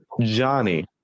Johnny